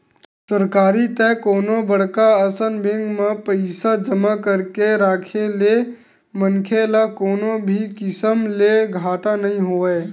सरकारी ते कोनो बड़का असन बेंक म पइसा जमा करके राखे ले मनखे ल कोनो भी किसम ले घाटा नइ होवय